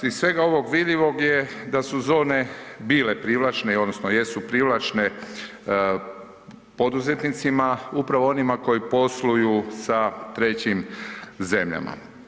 Iz svega ovog vidljivog je da su zone bile privlačne odnosno jesu privlačne poduzetnicima upravo onima koji posluju sa trećim zemljama.